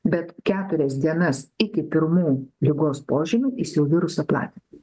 bet keturias dienas iki pirmų ligos požymių jis jau virusą platina